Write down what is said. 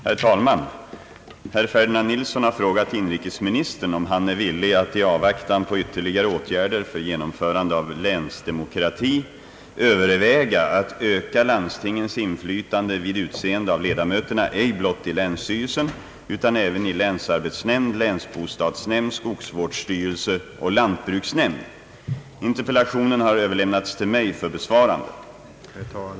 Herr talman! Herr Ferdinand Nilsson har frågat inrikesministern om han är villig att i avvaktan på ytterligare åtgärder för genomförande av länsdemokrati överväga att öka landstingens inflytande vid utseende av ledamöterna ej blott i länsstyrelsen utan även i länsarbetsnämnd, länsbostadsnämnd, skogsvårdsstyrelse och lantbruksnämnd. In terpellationen har överlämnats till mig för besvarande.